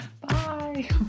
Bye